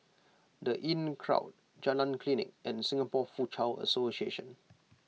the Inncrowd Jalan Klinik and Singapore Foochow Association